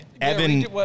Evan